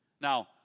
Now